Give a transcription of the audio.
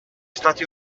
stati